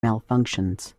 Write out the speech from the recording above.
malfunctions